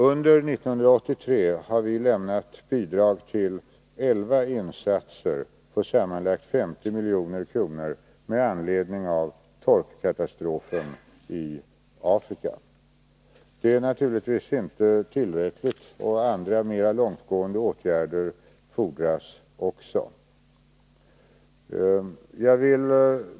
Under 1983 har lämnats bidrag till elva insatser på sammanlagt 50 milj.kr. med anledning av torkkatastroferna i Afrika. Det är naturligtvis inte tillräckligt, utan även andra mera långtgående åtgärder fordras.